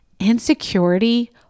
Insecurity